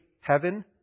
heaven